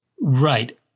Right